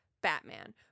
Batman